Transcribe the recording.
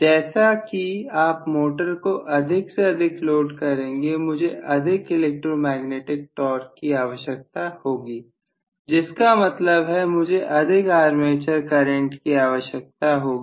जैसा कि आप मोटर को अधिक से अधिक लोड करते हैं मुझे अधिक इलेक्ट्रोमैग्नेटिक टॉर्क की आवश्यकता होगी जिसका मतलब है कि मुझे अधिक आर्मेचर करंट की आवश्यकता होगी